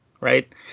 right